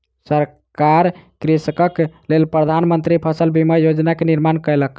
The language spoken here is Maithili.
सरकार कृषकक लेल प्रधान मंत्री फसल बीमा योजना के निर्माण कयलक